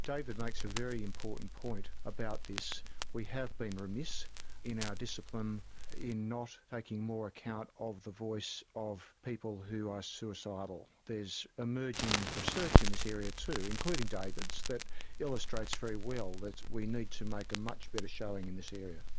david makes a very important point about this we have been remiss in our discipline in not taking more account of the voice of people who are suicidal. there's emerging research in this area too, including david's, that illustrates very well that we need to make a much better showing in this area.